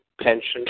Pension